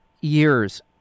years